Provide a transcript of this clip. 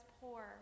poor